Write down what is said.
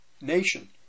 nation